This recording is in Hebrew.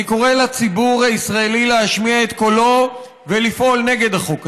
אני קורא לציבור הישראלי להשמיע את קולו ולפעול נגד החוק הזה.